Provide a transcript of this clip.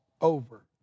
over